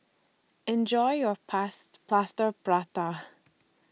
Enjoy your Pass Plaster Prata